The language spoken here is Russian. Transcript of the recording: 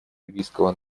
ливийского